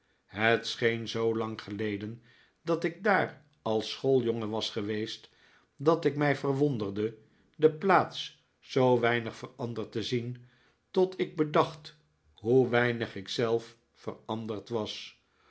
het scheen zoo lang geleden dat ik daar als schooljongen was geweest dat ik mij verwonderde de plaats zoo weinig veranderd te zien tot ik bedacht hoe weinig ik zelf veranderd was